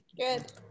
Good